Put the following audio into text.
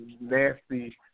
nasty